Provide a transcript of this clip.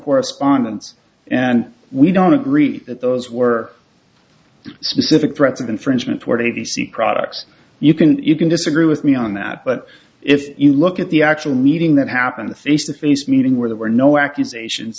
correspondence and we don't agree that those were specific threats of infringement forty b c products you can you can disagree with me on that but if you look at the actual meeting that happened the face of face meeting where there were no accusations